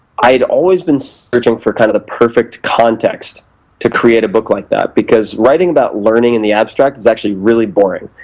i'd always been searching for kind of the perfect context to create a book like that, because writing about learning in the abstract is actually really boring.